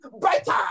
brighter